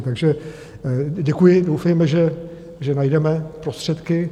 Takže děkuji, doufejme, že najdeme prostředky.